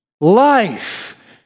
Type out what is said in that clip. Life